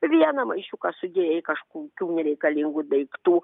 vieną maišiuką sudėjai kažkokių nereikalingų daiktų